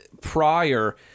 prior